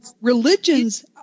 religions